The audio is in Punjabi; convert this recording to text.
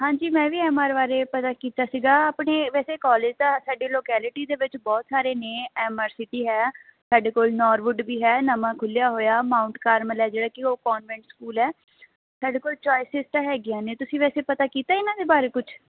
ਹਾਂਜੀ ਮੈਂ ਵੀ ਐਮ ਆਰ ਬਾਰੇ ਪਤਾ ਕੀਤਾ ਸੀਗਾ ਬਟ ਏ ਵੈਸੇ ਕੋਲੇਜ ਤਾਂ ਸਾਡੇ ਲੌਕੈਲਿਟੀ ਦੇ ਵਿੱਚ ਬਹੁਤ ਸਾਰੇ ਨੇ M R C P V ਹੈ ਸਾਡੇ ਕੋਲ਼ ਨੌਰਵੁੱਡ ਵੀ ਹੈ ਨਵਾਂ ਖੁੱਲ੍ਹਿਆ ਹੋਇਆ ਮਾਊਂਟ ਕਾਰਮਲ ਹੈ ਜਿਹੜਾ ਕਿ ਉਹ ਕੌਨਵੈਂਟ ਸਕੂਲ ਹੈ ਸਾਡੇ ਕੋਲ ਚੋਇਸਿਜ਼ ਤਾਂ ਹੈਗੀਆਂ ਨੇ ਤੁਸੀਂ ਵੈਸੇ ਪਤਾ ਕੀਤਾ ਇਹਨਾਂ ਦੇ ਬਾਰੇ ਕੁਝ